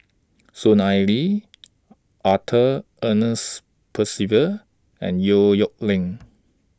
Soon Ai Ling Arthur Ernest Percival and Yong Nyuk Lin